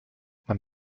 man